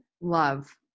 Love